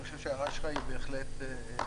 אני חושב שההערה שלך היא בהחלט ---.